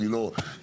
אני לא נאיבי,